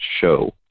show